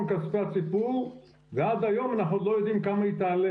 כספי הציבור ועד היום אנחנו לא יודעים כמה היא תעלה